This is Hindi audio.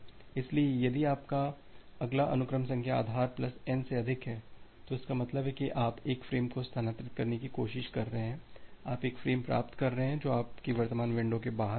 इसलिए यदि आपका अगला अनुक्रम संख्या आधार प्लस N से अधिक है तो इसका मतलब है कि आप एक फ्रेम को स्थानांतरित करने की कोशिश कर रहे हैं आप एक फ्रेम प्राप्त कर रहे हैं जो आपकी वर्तमान विंडो के बाहर है